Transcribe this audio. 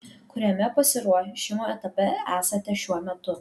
kuriame pasiruošimo etape esate šiuo metu